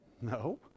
No